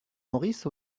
maurice